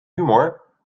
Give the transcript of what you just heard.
humor